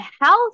health